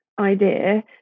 idea